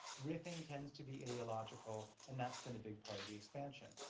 riffing tends to be ideological and that's been a big part of the expansion.